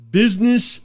business